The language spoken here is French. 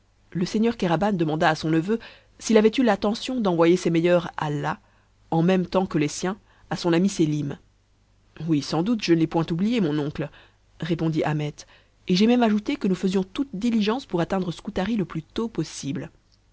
le seigneur kéraban demanda à son neveu s'il avait eu l'attention d'envoyer ses meilleurs allahs en même temps que les siens à son ami sélim oui sans doute je ne l'ai point oublié mon oncle répondit ahmet et j'ai même ajouté que nous faisions toute diligence pour atteindre scutari le plus tôt possible